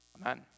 amen